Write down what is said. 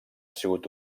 sigut